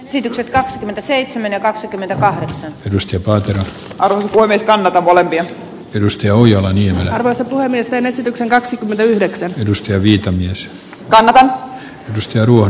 esitykset kaksikymmentäseitsemän ja kaksikymmentäkahdeksan edustivat alkuvuodesta molempia tylysti ohjailleen ihmisarvoisen puhemiesten esityksen kaksikymmentäyhdeksän edusti levitä myös kanada pysty ruuan